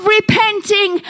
repenting